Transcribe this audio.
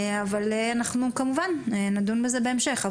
אנחנו כמובן נדון בזה בהמשך,